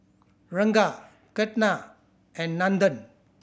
Ranga Ketna and Nandan